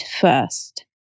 first